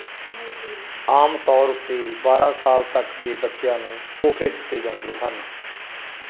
ਆਮ ਤੌਰ ਉੱਤੇ ਬਾਰ੍ਹਾਂ ਸਾਲ ਤੱਕ ਦੇ ਬੱਚਿਆਂ ਨੂੰ ਤੋਹਫ਼ੇ ਦਿੱਤੇ ਜਾਂਦੇ ਹਨ